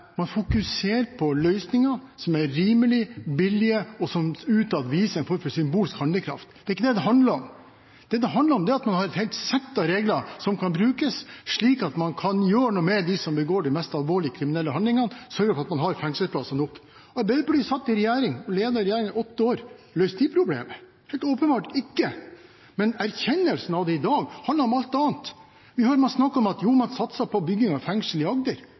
man fokuserer på løsninger som er rimelige og billige, og som utad viser en form for symbolsk handlekraft. Det er ikke det det handler om. Det det handler om, er at man har et helt sett av regler som kan brukes, slik at man kan gjøre noe med dem som begår de mest alvorlige kriminelle handlingene, og sørge for at man har fengselsplasser nok. Arbeiderpartiet satt i regjering og ledet regjeringen i åtte år. Løste de problemet? Helt åpenbart ikke. Men erkjennelsen av det i dag handler om alt annet. Vi hører man snakker om at jo, man satset på bygging av fengsel i Agder.